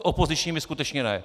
S opozičními skutečně ne.